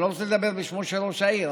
אני לא רוצה לדבר בשמו של ראש העיר,